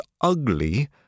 ugly